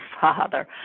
Father